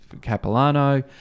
Capilano